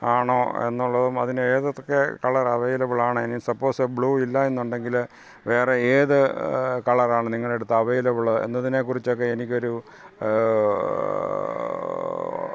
ആണോ എന്നുള്ളതും അതിന് ഏതൊക്കെ കളർ അവൈലബിൾ ആണ് ഇനി സപ്പോസ് ബ്ലൂ ഇല്ല എന്നുണ്ടെങ്കിൽ വേറെ ഏത് കളർ ആണ് നിങ്ങളുടെ അടുത്ത് അവൈലബിൾ എന്നതിനെ കുറിച്ചൊക്കെ എനിക്കൊരു